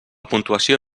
puntuació